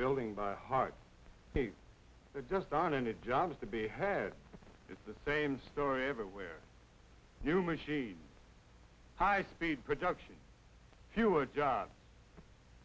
building by hard they just aren't any jobs to be had it's the same story everywhere new machine high speed production fewer jobs